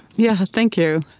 yeah, thank you.